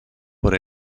por